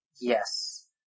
Yes